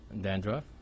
Dandruff